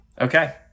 Okay